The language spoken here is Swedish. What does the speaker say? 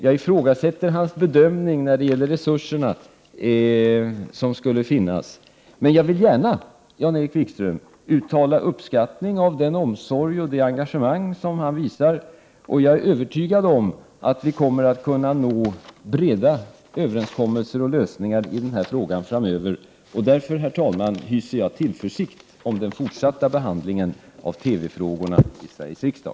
Jag ifrågasätter hans bedömning när det gäller resurserna som skulle finnas, men jag vill gärna uttala uppskattning av den omsorg och det engagemang som Jan-Erik Wikström visar, och jag är övertygad om att vi kommer att kunna nå breda överenskommelser och lösningar i den här frågan framöver. Därför, herr talman, hyser jag tillförsikt vad gäller den fortsatta behandlingen av TV-frågorna i Sveriges riksdag.